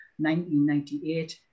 1998